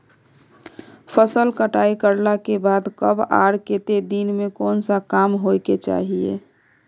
फसल कटाई करला के बाद कब आर केते दिन में कोन सा काम होय के चाहिए?